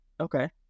Okay